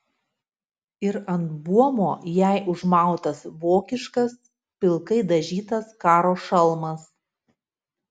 ir ant buomo jai užmautas vokiškas pilkai dažytas karo šalmas